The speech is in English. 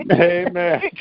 Amen